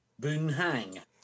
Boonhang